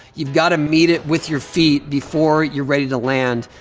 you've gotta meet it with your feet before you're ready to land,